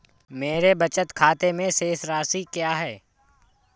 मेरे बचत खाते में शेष राशि क्या है?